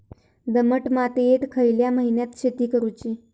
दमट मातयेत खयल्या महिन्यात शेती करुची?